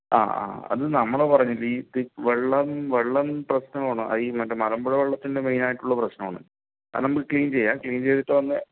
ആ ആ അത് നമ്മൾ പറഞ്ഞത് ഈ വെള്ളം വെള്ളം പ്രശ്നം ആണ് ഈ മറ്റെ മലമ്പുഴ വെള്ളത്തിൻ്റെ മെയിൻ ആയിട്ടുള്ള പ്രശ്നം ആണ് അത് നമ്മൾക്ക് ക്ലീൻ ചെയ്യാം ക്ലീൻ ചെയ്തിട്ടു ഒന്ന്